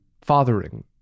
fathering